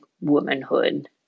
womanhood